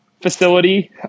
facility